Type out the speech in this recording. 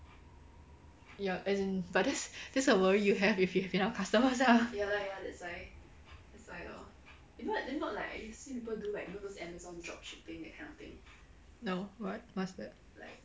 ya as in but that's that's a worry you have if you have enough customers ah no what what's that